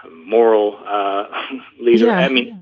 moral leader i mean,